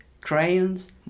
crayons